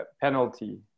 penalty